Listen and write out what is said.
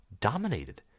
dominated